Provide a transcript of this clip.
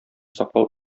саклау